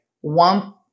One